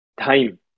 time